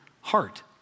heart